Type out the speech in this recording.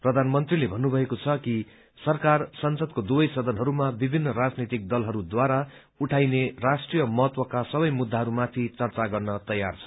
प्रधानमन्त्रीले भन्नुभएको छ कि सरकार संसदको दुवै सदनहरूमा विभिन्न राजनैतिक दलहरूद्वारा उठाइउने राष्ट्रीय महत्वको सबै मुद्दाहरूमाथि चर्चा गर्न तयार छ